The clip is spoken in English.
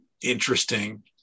interesting